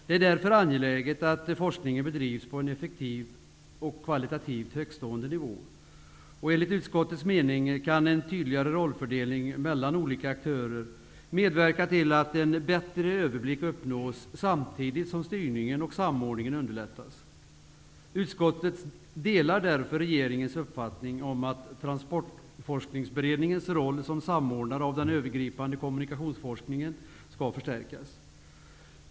Det är därför angeläget att forskningen bedrivs på en effektiv och kvalitativt högtstående nivå. Enligt utskottets mening kan en tydligare rollfördelning mellan olika aktörer medverka till att en bättre överblick uppnås samtidigt som styrningen och samordningen underlättas. Utskottet delar därför regeringens uppfattning att Transportforskningsberedningens roll som samordnare av den övergripande kommunikationsforskningen skall förstärkas.